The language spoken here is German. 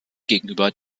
gegenüber